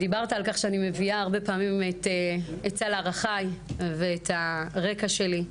דיברת על כך שאני מביאה הרבה פעמים את סל ערכיי ואת הרקע שלי.